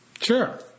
Sure